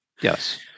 Yes